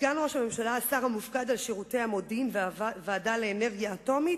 סגן ראש הממשלה השר המופקד על שירותי המודיעין והוועדה לאנרגיה אטומית,